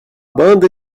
banda